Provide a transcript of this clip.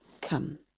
come